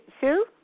Sue